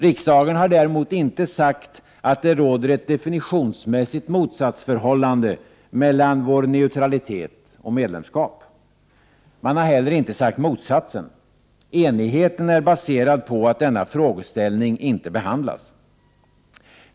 Riksdagen har däremot inte sagt att det råder ett definitionsmässigt motsatsförhållande mellan vår neutralitet och medlemskap. Man har inte heller sagt motsatsen. Enigheten är baserad på att denna frågeställning inte behandlas.